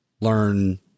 learn